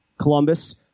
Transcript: Columbus